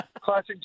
Classic